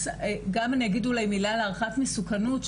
אגיד מילה על הערכת מסוכנות,